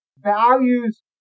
values